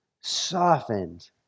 softened